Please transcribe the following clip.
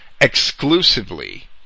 exclusively